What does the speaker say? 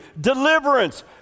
deliverance